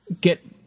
get